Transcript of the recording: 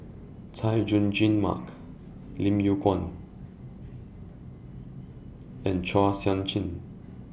Chay Jung Jun Mark Lim Yew Kuan and Chua Sian Chin